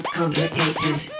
Complicated